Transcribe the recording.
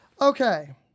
Okay